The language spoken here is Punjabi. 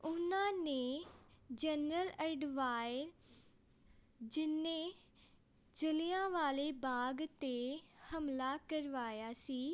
ਉਨ੍ਹਾਂ ਨੇ ਜਨਰਲ ਐਡਵਾਇਰ ਜਿਸਨੇ ਜਲ੍ਹਿਆਂਵਾਲੇ ਬਾਗ 'ਤੇ ਹਮਲਾ ਕਰਵਾਇਆ ਸੀ